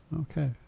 okay